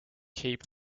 keep